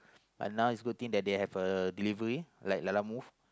and now it's good thing they have delivery like Lalamove